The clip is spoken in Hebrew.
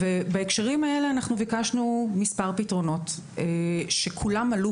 בהקשרים האלה אנחנו ביקשנו מספר פתרונות וכולם עלו